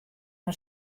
mei